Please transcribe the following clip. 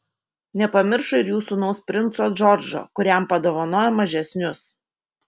nepamiršo ir jų sūnaus princo džordžo kuriam padovanojo mažesnius